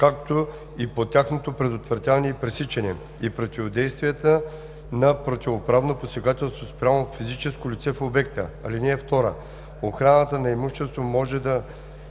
както и по тяхното предотвратяване и пресичане, и противодействие на противоправно посегателство спрямо физическо лице в обекта. (2) Охраната на имуществото може да